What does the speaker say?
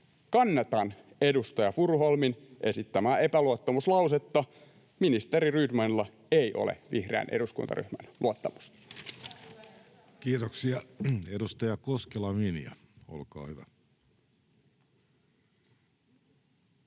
Kannatan edustaja Furuholmin esittämää epäluottamuslausetta. Ministeri Rydmanilla ei ole vihreän eduskuntaryhmän luottamusta. [Speech 15] Speaker: